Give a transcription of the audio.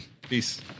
Peace